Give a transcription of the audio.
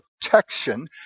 protection